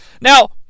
Now